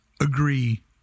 agree